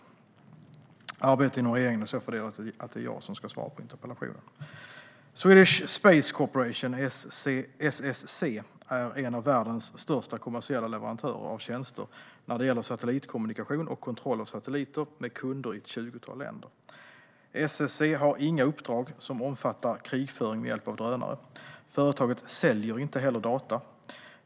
Svar på interpellationer Arbetet inom regeringen är så fördelat att det är jag som ska svara på interpellationen. Swedish Space Corporation, SSC, är en av världens största kommersiella leverantörer av tjänster när det gäller satellitkommunikation och kontroll av satelliter, med kunder i ett tjugotal länder. SSC har inga uppdrag som omfattar krigföring med hjälp av drönare. Företaget säljer inte heller data.